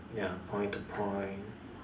ya point to point